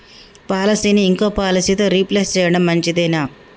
పాలసీని ఇంకో పాలసీతో రీప్లేస్ చేయడం మంచిదేనా?